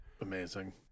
Amazing